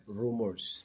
rumors